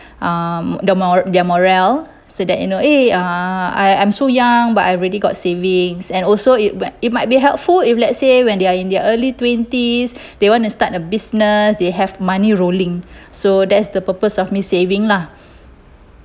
um the more~ their morale so that you know eh uh I I'm so young but I already got savings and also it it it might be helpful if let's say when they are in their early twenties they want to start a business they have money rolling so that's the purpose of me saving lah